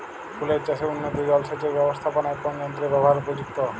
ফুলের চাষে উন্নত জলসেচ এর ব্যাবস্থাপনায় কোন যন্ত্রের ব্যবহার উপযুক্ত?